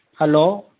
hello